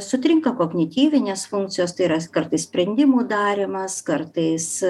sutrinka kognityvinės funkcijos tai yra kartais sprendimų darymas kartais